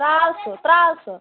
ترٛاو سُہ ترٛاو سُہ